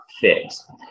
fixed